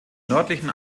nördlichen